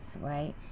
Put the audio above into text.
right